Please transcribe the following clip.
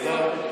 תודה.